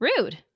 rude